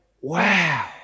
wow